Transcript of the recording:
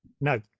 No